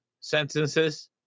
sentences